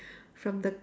from the